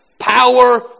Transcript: power